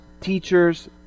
teachers